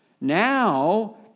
Now